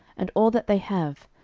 and all that they have,